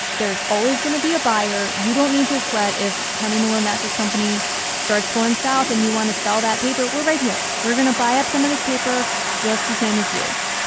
there is always going to be a buyer. you don't need to sweat if kenny malone mattress company starts going south and you want to sell that paper. we're right here. we're going to buy up some of this paper just the same as you.